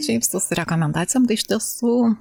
šiaip sus rekomendacijom tai iš tiesų